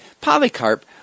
Polycarp